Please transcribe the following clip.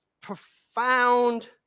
profound